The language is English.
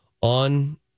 on